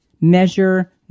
measure